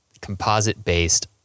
composite-based